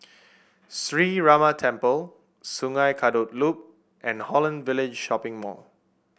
Sree Ramar Temple Sungei Kadut Loop and Holland Village Shopping Mall